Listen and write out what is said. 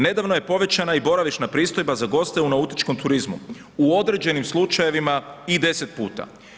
Nedavno je povećana i boravišna pristojba za goste u nautičkom turizmu u određenim slučajevima i 10 puta.